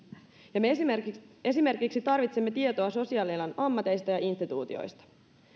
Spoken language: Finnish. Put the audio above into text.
ja me esimerkiksi esimerkiksi tarvitsemme tietoa sosiaalialan ammateista ja instituutioista